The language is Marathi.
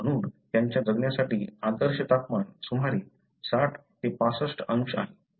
म्हणून त्यांच्या जगण्यासाठी आदर्श तापमान सुमारे 60 65 अंश आहे